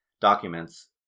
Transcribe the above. documents